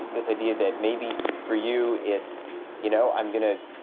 this idea that maybe for you it's you know, i'm going to,